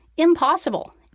impossible